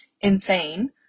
insane